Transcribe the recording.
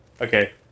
Okay